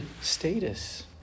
status